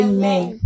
Amen